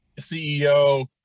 CEO